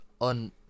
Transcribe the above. on